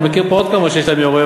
אני מכיר עוד כמה שיש להם "יורה",